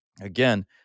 Again